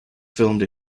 filmed